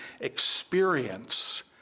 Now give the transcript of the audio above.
experience